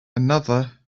another